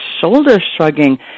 shoulder-shrugging